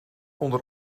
onder